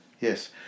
Yes